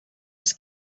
was